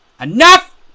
Enough